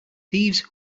thieves